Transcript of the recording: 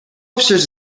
upstairs